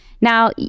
Now